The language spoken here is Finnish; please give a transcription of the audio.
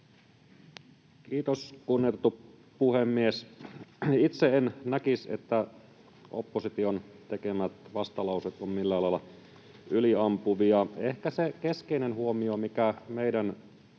Kiitos, kunnioitettu puhemies! Itse en näkisi, että opposition tekemät vastalauseet ovat millään lailla yliampuvia. Ehkä se keskeinen huomio, mikä meidän